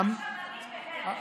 עכשיו אני בהלם.